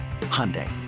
Hyundai